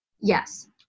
Yes